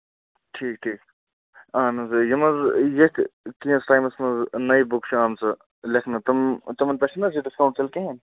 ٹھیٖک ٹھیٖک اہن حظ یِم حظ ییٚتھۍ کینٛہہ ٹایمَس منٛز نٔوِ بُکہٕ چھِ آمژٕ لیکھنہٕ تِم تِمَن پٮ۪ٹھ چھُنہٕ حظ یہِ ڈِسکاوُنٛٹ تیٚلہِ کِہیٖنۍ